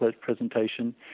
presentation